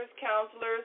counselors